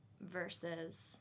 versus